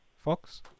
Fox